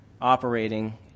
operating